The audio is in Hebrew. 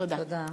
תודה.